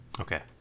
Okay